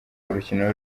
urukino